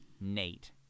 Nate